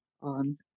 on